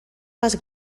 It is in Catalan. les